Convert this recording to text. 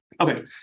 Okay